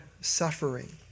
suffering